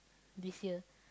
this year